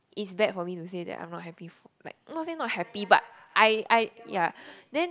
is bad for me to say that I am not happy not say not happy but I I ya then